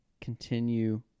Continue